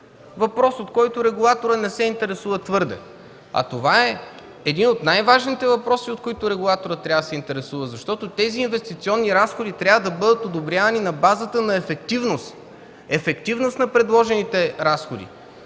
въпрос, от който регулаторът твърдо не се интересува. Това е един от най-важните въпроси, от които регулаторът трябва да се интересува, защото тези инвестиционни разходи трябва да бъдат одобрявани на базата на ефективност – ефективност на предложените разходи.